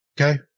Okay